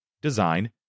design